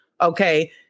Okay